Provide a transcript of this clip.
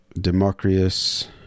Democritus